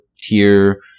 tier